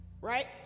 Right